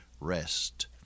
rest